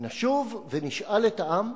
נשוב ונשאל את העם,